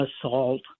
assault